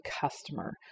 customer